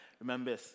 remember